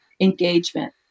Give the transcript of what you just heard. engagement